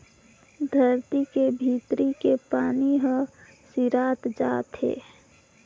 धरती के भीतरी के पानी हर सिरात जात हे